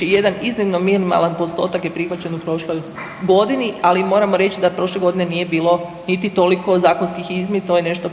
jedan iznimno minimalan postotak je prihvaćen u prošloj godini, ali moramo reći da prošle godine nije bilo niti toliko zakonskih izmjena to je nešto